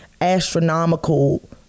astronomical